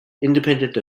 independent